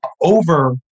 over